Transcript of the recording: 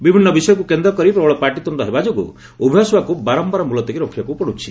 ବିଭିନ୍ନ ବିଷୟକୁ କେନ୍ଦ୍ରକରି ପ୍ରବଳ ପାଟିତୁଣ୍ଡ ହେବା ଯୋଗୁଁ ଉଭୟ ସଭାକୁ ବାରମ୍ବାର ମୁଲତବୀ ରଖିବାକୁ ପଡ଼ୁଛି